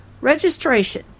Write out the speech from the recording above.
Registration